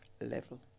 level